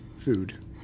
Food